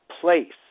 place